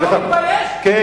סליחה, אתה לא מתבייש?